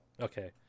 Okay